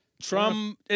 Trump